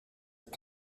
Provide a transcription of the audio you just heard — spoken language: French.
être